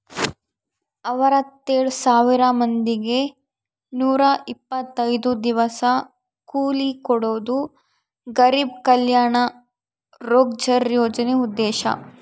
ಅರವತ್ತೆಳ್ ಸಾವಿರ ಮಂದಿಗೆ ನೂರ ಇಪ್ಪತ್ತೈದು ದಿವಸ ಕೂಲಿ ಕೊಡೋದು ಗರಿಬ್ ಕಲ್ಯಾಣ ರೋಜ್ಗರ್ ಯೋಜನೆ ಉದ್ದೇಶ